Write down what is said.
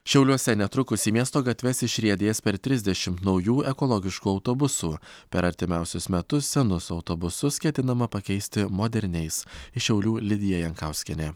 šiauliuose netrukus į miesto gatves išriedės per trisdešimt naujų ekologiškų autobusų per artimiausius metus senus autobusus ketinama pakeisti moderniais iš šiaulių lidija jankauskienė